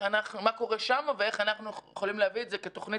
מה קורה שם ואיך אנחנו יכולים להביא את זה כתוכנית